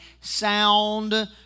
sound